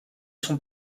sont